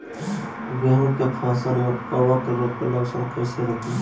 गेहूं के फसल में कवक रोग के लक्षण कईसे रोकी?